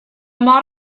mor